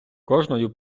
кожною